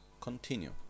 continue